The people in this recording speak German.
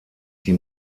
die